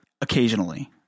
Occasionally